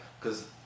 Cause